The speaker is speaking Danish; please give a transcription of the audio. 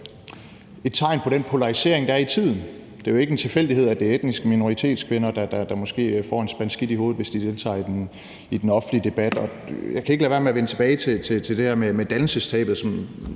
et tegn på den polarisering, der er i tiden. Det er jo ikke en tilfældighed, at det er etniske minoritetskvinder, der måske får en spand skidt i hovedet, hvis de deltager i den offentlige debat. Jeg kan ikke lade være med at vende tilbage til det her med dannelsestabet,